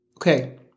Okay